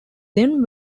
then